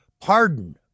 pardon